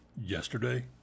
yesterday